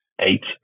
eight